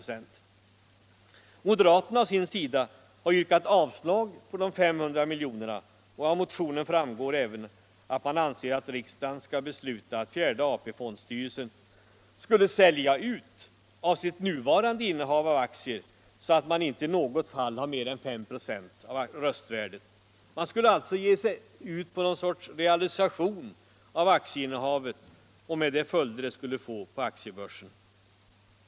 Moderaterna å sin sida har yrkat avslag på de 500 miljonerna, och av motioner framgår även att man anser att riksdagen skall besluta att fjärde AP-fondsstyrelsen skall sälja ut av sitt nuvarande innehav av aktier så att man inte i något fall har mer än 5 ". av röstvärdet. Man skulle alltså ge sig ut på någon sorts realisation av aktieinnehavet, med de följder det skulle få på aktiebörsen.